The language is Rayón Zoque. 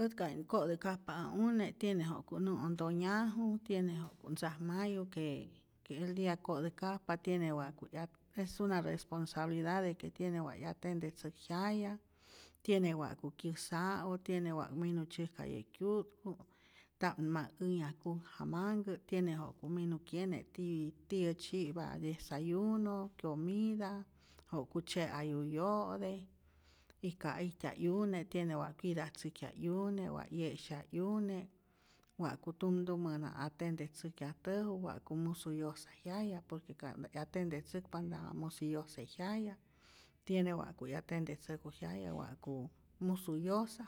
Ät ka ij ko'täjkajpa ä une' tiene ja'ku't nä'otonhyaju, tiene ja'ku't ntzajmayu que que el dia ko'täjkajpa tiene wa'ku 'yat es una responsabilida de que tiene wa' 'yatendetzäjk jyaya, tiene wa'ku kyäsa'u, tiene wa minu tzyäjkaye kyu'tku, nta'p ma änhyaj kukjamanhkä, tiene ja'ku minu kyene ti tiyä tzyi'pa dyesayuno, kyomita, ja'ku tzye'ayu yo'te, y ka ijtyaj 'yune tiene wa cuidatzäjkya 'yune, wa 'ye'syaj 'yune, wa'ku tumtumä na atendetzäjkyajtäju wa'ku musu yosä jyaya, por que ka'nta 'yatendetzäkpa nta ma musi yosa jyaya, tiene wa'ku 'yatendetzäjku jyaya wa'ku musu yosa,